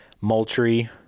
Moultrie